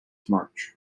march